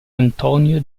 antonio